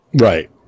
Right